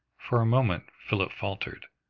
for a moment philip faltered.